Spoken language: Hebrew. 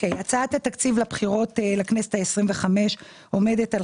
הצעת התקציב לבחירות לכנסת ה-25 עומדת על